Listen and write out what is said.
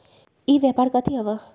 ई व्यापार कथी हव?